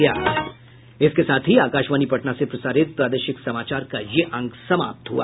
इसके साथ ही आकाशवाणी पटना से प्रसारित प्रादेशिक समाचार का ये अंक समाप्त हुआ